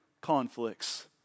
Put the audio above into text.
conflicts